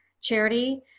charity